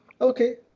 Okay